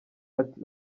ati